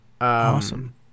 Awesome